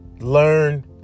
Learn